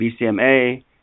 BCMA